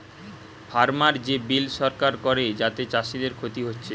farmer যে bill সরকার করে যাতে চাষীদের ক্ষতি হচ্ছে